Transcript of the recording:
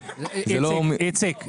איציק,